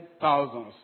thousands